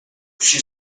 she